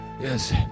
Yes